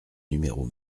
numéro